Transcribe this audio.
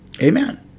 amen